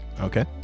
Okay